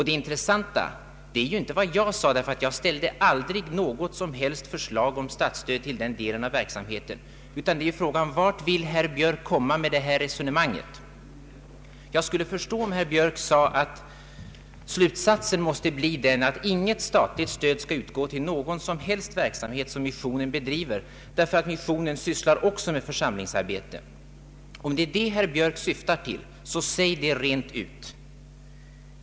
Det intressanta är faktiskt inte vad jag sade — jag ställde aldrig något förslag om statligt stöd till den delen av verksamheten — utan vart herr Björk vill komma med sitt resonemang. Jag skulle förstå om herr Björk sade att slutsatsen måste bli att inget statligt stöd skall utgå till någon som helst verksamhet som missionen bedriver, därför att missionen också sysslar med församlingsarbete. Om det är detta herr Björk syftar till, så säg det rent ut.